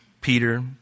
Peter